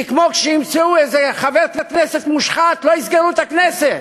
כי כמו שאם ימצאו איזה חבר כנסת מושחת לא יסגרו את הכנסת,